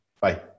Bye